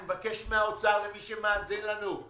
אני מבקש מהאוצר ומי שמאזין לנו,